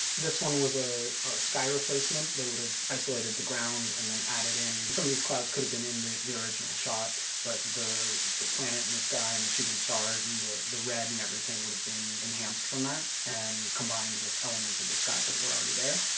this one was a sky replacement they would have isolated the ground and then added in some of these clouds could have been in the the original shot but the the planet in the sky and the shooting stars and the the red and everything, would have been enhanced from that and combined with elements of the sky that were already there.